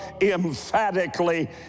emphatically